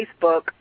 Facebook